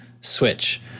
switch